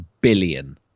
billion